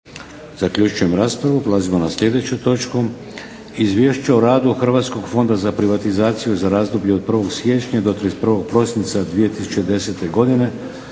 Vladimir (HDZ)** Prelazimo na sljedeću točku - Izvješće o radu Hrvatskog fonda za privatizaciju za razdoblje od 1. Siječnja do 31. Prosinca 2010. Godine,